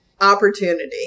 opportunity